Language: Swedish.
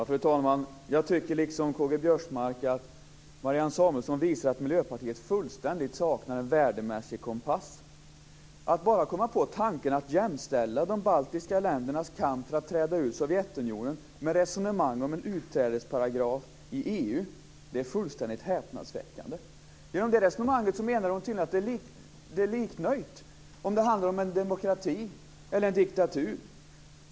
Fru talman! Jag tycker liksom K-G Biörsmark att Marianne Samuelsson visar att Miljöpartiet fullständigt saknar en värdemässig kompass. Att bara komma på tanken att jämställa de baltiska ländernas kamp för att träda ur Sovjetunionen med resonemang om en utträdesparagraf i EU är fullständigt häpnadsväckande. Med det resonemanget menar hon tydligen att det är likvärdigt om det handlar om en demokrati eller en diktatur.